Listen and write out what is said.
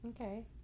okay